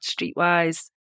streetwise